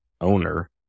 owner